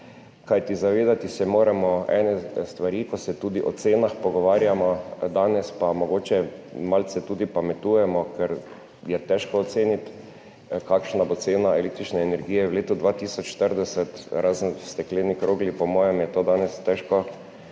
kajti zavedati se moramo ene stvari, ko se danes pogovarjamo tudi o cenah in mogoče malce tudi pametujemo, ker je težko oceniti, kakšna bo cena električne energije v letu 2040, razen v stekleni krogli, po moje je to danes težko natančno